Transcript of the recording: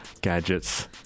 gadgets